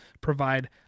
provide